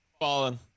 Fallen